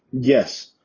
yes